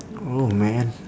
oh man